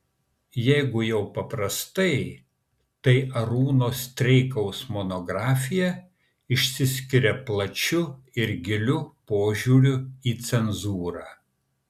jeigu jau paprastai tai arūno streikaus monografija išsiskiria plačiu ir giliu požiūriu į cenzūrą